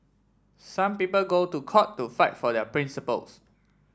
some people go to court to fight for their principles